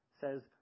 says